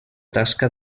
tasca